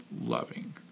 loving